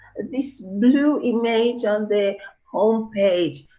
this blue image on the home page?